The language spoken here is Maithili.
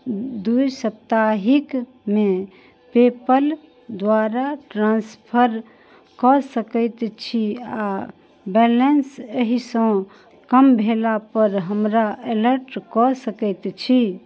द्वि सप्ताहिक मे पेपल द्वारा ट्रांसफर कऽ सकैत छी आ बैलेंस एहि सँ कम भेला पर हमरा अलर्ट कऽ सकैत छी